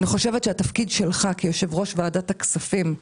התפקיד שלך כיושב-ראש ועדת הכספים,